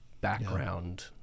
background